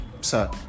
sir